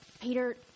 Peter